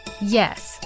Yes